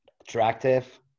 attractive